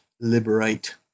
liberate